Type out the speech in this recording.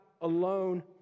alone